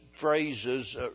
phrases